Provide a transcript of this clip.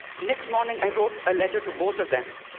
next morning i wrote a letter to both of them,